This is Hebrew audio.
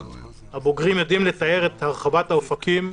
הבוגרים יודעים לתאר את הרחבת האופקים,